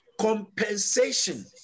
compensation